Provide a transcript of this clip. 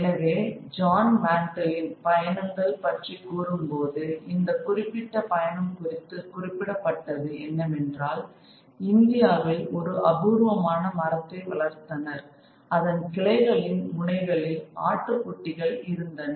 எனவே ஜான் மேண்டலின் பயணங்கள் பற்றி கூறும் போது இந்த குறிப்பிட்ட பயணம் குறித்து குறிப்பிடப்பட்டது என்னவென்றால் இந்தியாவில் ஒரு அபூர்வமான மரத்தை வளர்த்தனர் அதன் கிளைகளின் முனைகளில் ஆட்டுக்குட்டிகள் இருந்தன